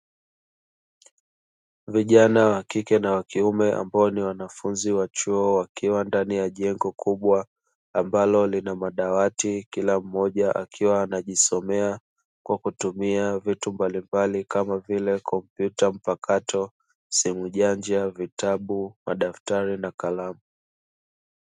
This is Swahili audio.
Vijana wa kike na wa kiume ambao ni wanafunzi wa chuo wakiwa ndani ya jengo kubwa, ambalo lina madawati, kila mmoja akiwa anajisomea kwa kutumia vitu mbalimbali, kama vile: kompyuta mpakato, simu janja, vitabu, madaftari na kalamu.